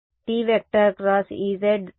n అవుతుంది సరే